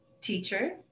teacher